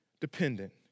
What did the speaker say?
dependent